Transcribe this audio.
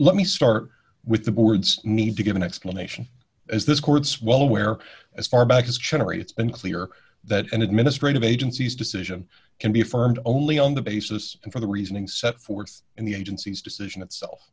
let me start with the board's need to give an explanation as this court's well aware as far back as generates unclear that an administrative agencies decision can be affirmed only on the basis for the reasoning set forth in the agency's decision itself